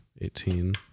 Eighteen